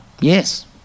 Yes